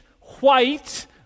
white